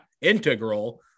integral